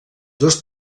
dos